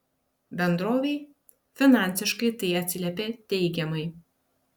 bendrovei finansiškai tai atsiliepė teigiamai